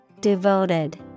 Devoted